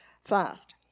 fast